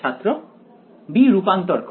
ছাত্র b রূপান্তর করা